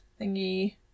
Thingy